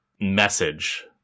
message